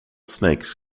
snakes